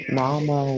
mama